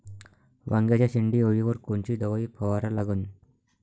वांग्याच्या शेंडी अळीवर कोनची दवाई फवारा लागन?